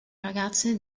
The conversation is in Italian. ragazze